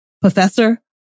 professor